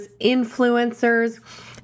influencers